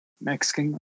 mexican